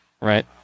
Right